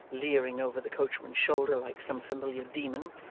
leering over the coachman's shoulder like some familiar demon,